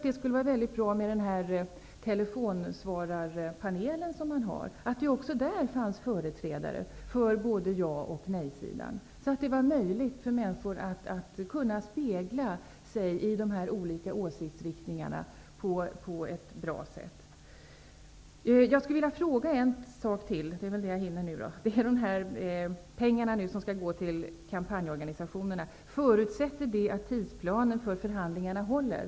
Det skulle vara bra om det också ingick företrädare för både ja och nej-sidan i den telefonsvararpanel som finns för att göra det möjligt för människor att spegla sig i de olika åsiktsriktningarna på ett bra sätt. Jag vill ställa ännu en fråga. Den gäller de pengar som skall gå till kampanjorganisationerna. Är det en förutsättning att tidsplanen för förhandlingarna håller?